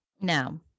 No